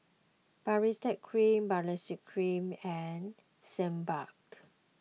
Baritex Cream Baritex Cream and Sebamed